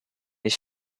his